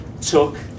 took